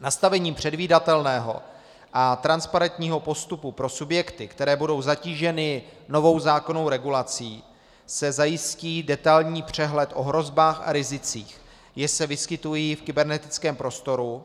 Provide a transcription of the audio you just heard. Nastavením předvídatelného a transparentního postupu pro subjekty, které budou zatíženy novou zákonnou regulací, se zajistí detailní přehled o hrozbách a rizicích, jež se vyskytují v kybernetickém prostoru,